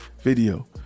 video